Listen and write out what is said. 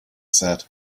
said